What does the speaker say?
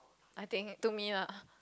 I think to me lah